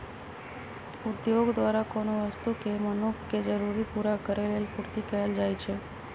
उद्योग द्वारा कोनो वस्तु के मनुख के जरूरी पूरा करेलेल पूर्ति कएल जाइछइ